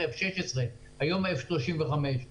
והרישיון הוא בהמשך עיסוק אבל לפחות מבחינת זמינות יש שחקנים.